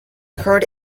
current